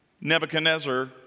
Nebuchadnezzar